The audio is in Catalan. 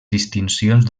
distincions